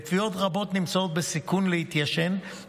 תביעות רבות נמצאות בסיכון להתיישן,